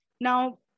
now